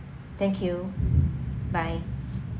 thank you bye